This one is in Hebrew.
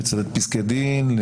לצטט פסקי דין,